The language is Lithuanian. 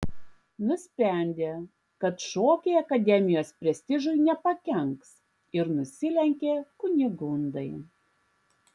nusprendė kad šokiai akademijos prestižui nepakenks ir nusilenkė kunigundai